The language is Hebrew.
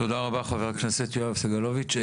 תודה רבה חבר הכנסת יואב סגלוביץ'.